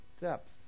depth